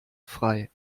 frei